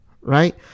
right